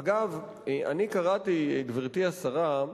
אגב, גברתי השרה,